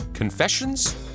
Confessions